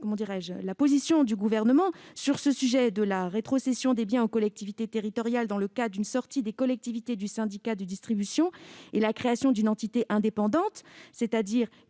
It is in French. la position du Gouvernement sur ce sujet de la rétrocession des biens aux collectivités territoriales dans le cas d'une sortie des collectivités du syndicat de distribution et de la création d'une entité indépendante ? Quelle